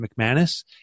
McManus